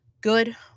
good